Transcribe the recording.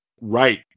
right